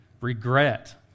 regret